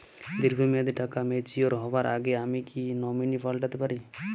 দীর্ঘ মেয়াদি টাকা ম্যাচিউর হবার আগে আমি কি নমিনি পাল্টা তে পারি?